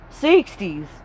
60s